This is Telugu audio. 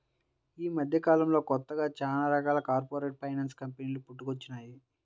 యీ మద్దెకాలంలో కొత్తగా చానా రకాల కార్పొరేట్ ఫైనాన్స్ కంపెనీలు పుట్టుకొచ్చినియ్యి